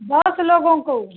दस लोगों को